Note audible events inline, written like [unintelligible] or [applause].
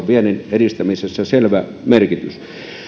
[unintelligible] viennin edistämisessä selvä merkitys